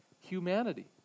humanity